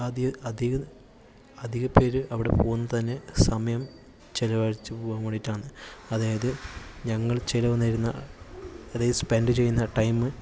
അധി അധി അധികം പേര് പോകുന്നത് തന്നെ സമയം ചെലവഴിച്ച് പോകാൻ വേണ്ടിയിട്ടാണ് അതായത് ഞങ്ങൾ ചെരുവന്നിരുന്ന അത് ഈ സ്പെൻഡ് ചെയ്യുന്ന ടൈമ്